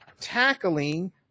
Tackling